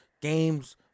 games